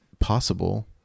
possible